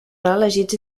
reelegits